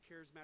charismatic